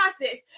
process